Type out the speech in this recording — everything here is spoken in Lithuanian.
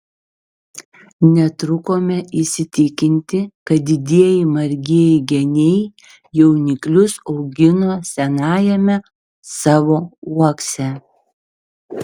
netrukome įsitikinti kad didieji margieji geniai jauniklius augino senajame savo uokse